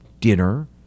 dinner